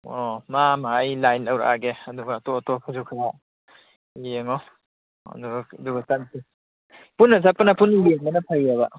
ꯑꯣ ꯃꯥ ꯑꯃ ꯑꯩ ꯂꯥꯏꯟ ꯂꯧꯔꯛꯑꯒꯦ ꯑꯗꯨꯒ ꯑꯇꯣꯞ ꯑꯇꯣꯞꯄꯁꯨ ꯈꯔ ꯌꯦꯡꯉꯣ ꯑꯗꯣ ꯑꯗꯨꯒ ꯆꯠꯁꯤ ꯄꯨꯟꯅ ꯆꯠꯄꯅ ꯄꯨꯟꯅ ꯌꯦꯡꯕꯅ ꯐꯩꯑꯕ